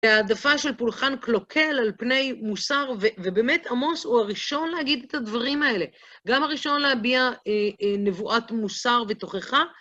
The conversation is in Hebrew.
והעדפה של פולחן קלוקל על פני מוסר, ובאמת עמוס הוא הראשון להגיד את הדברים האלה. גם הראשון להביע נבואת מוסר ותוכחה.